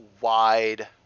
wide